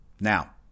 Now